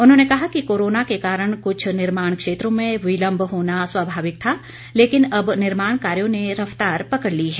उन्होंने कहा कि कोरोना के कारण कृछ निर्माण क्षेत्रों में विलम्ब होना स्वभाविक था लेकिन अब निर्माण कार्यों ने रफतार पकड़ ली है